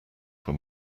were